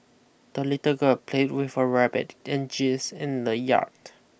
the little girl played with her rabbit and geese in the yard